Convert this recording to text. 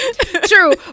true